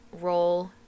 roll